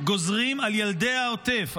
גוזרים על ילדי העוטף,